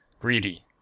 greedy